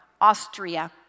Austria